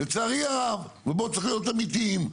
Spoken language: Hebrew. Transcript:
לצערי הרב, ובואו, צריך להיות אמיתיים,